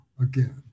again